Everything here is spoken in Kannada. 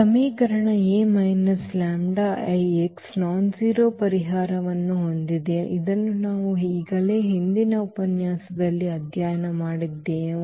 ಈ ಸಮೀಕರಣವು A λI x ಕ್ಷುಲ್ಲಕವಲ್ಲದ ಪರಿಹಾರವನ್ನು ಹೊಂದಿದೆ ಇದನ್ನು ನಾವು ಈಗಾಗಲೇ ಹಿಂದಿನ ಉಪನ್ಯಾಸದಲ್ಲಿ ಅಧ್ಯಯನ ಮಾಡಿದ್ದೇವೆ